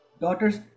daughters